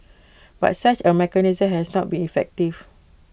but such A mechanism has not been effective